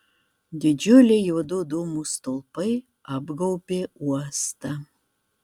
didžiuliai juodų dūmų stulpai apgaubė uostą